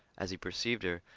as he perceived her,